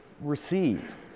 receive